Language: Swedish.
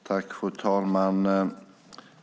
Fru talman!